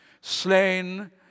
slain